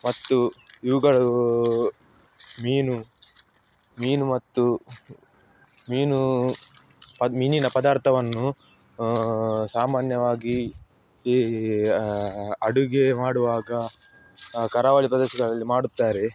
ಮತ್ತು ಇವುಗಳೂ ಮೀನು ಮೀನು ಮತ್ತು ಮೀನು ಅದು ಮೀನಿನ ಪದಾರ್ಥವನ್ನು ಸಾಮಾನ್ಯವಾಗಿ ಈ ಅಡುಗೆ ಮಾಡುವಾಗ ಕರಾವಳಿ ಪ್ರದೇಶಗಳಲ್ಲಿ ಮಾಡುತ್ತಾರೆ